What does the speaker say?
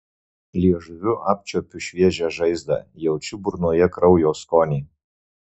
liežuviu apčiuopiu šviežią žaizdą jaučiu burnoje kraujo skonį